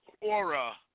aura